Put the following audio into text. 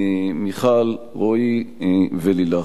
מיכל, רועי ולילך.